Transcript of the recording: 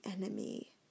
enemy